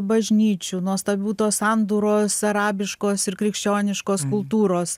bažnyčių nuostabių tos sandūros arabiškos ir krikščioniškos kultūros